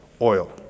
Oil